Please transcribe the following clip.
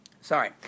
Sorry